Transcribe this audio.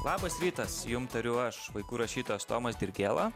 labas rytas jum tariu aš vaikų rašytojas tomas dirgėla